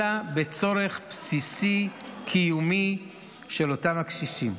אלא בצורך בסיסי קיומי של אותם הקשישים,